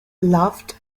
loved